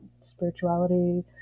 spirituality